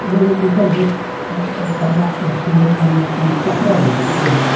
but it becomes a ah a national story. i mean, i'm i'm a small part of it. but again,